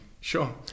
Sure